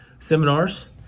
seminars